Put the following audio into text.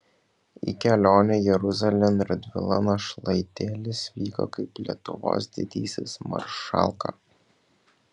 į kelionę jeruzalėn radvila našlaitėlis vyko kaip lietuvos didysis maršalka